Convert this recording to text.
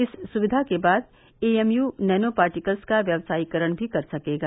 इस सुविवा के बाद एएमयू नैनो पार्टिकल्स का व्यवसायीकरण भी कर सकेगा